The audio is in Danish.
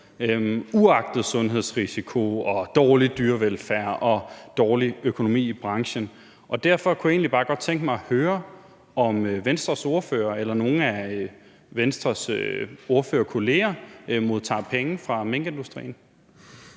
uagtet sundhedsrisiko, dårlig dyrevelfærd og dårlig økonomi i branchen, og derfor kunne jeg egentlig godt tænke mig at høre, om Venstres ordfører eller nogle af Venstres ordførerkolleger modtager penge fra minkindustrien.